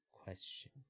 Question